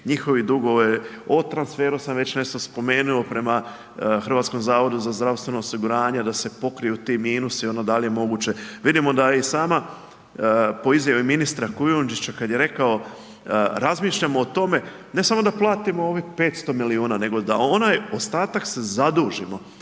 njihovi dugovi, o transferu sam već nešto spomenuo prema HZZO, da se pokriju ti minusi, da li je moguće. Vidimo da i sama po izjavi ministra Kujundžića kad je rekao razmišljamo o tome ne samo da platimo ovih 500 milijuna nego da onaj ostatak se zadužimo.